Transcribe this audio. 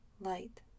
light